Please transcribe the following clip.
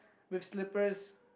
with slippers